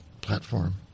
platform